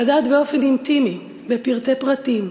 לדעת באופן אינטימי, לפרטי פרטים,